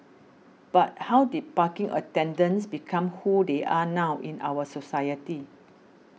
but how did parking attendants become who they are now in our society